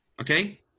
okay